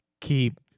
keep